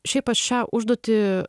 šiaip aš šią užduotį